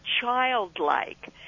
childlike